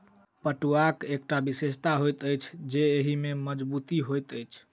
पटुआक एकटा विशेषता होइत अछि जे एहि मे मजगुती होइत अछि